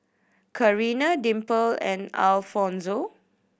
Carina Dimple and Alfonzo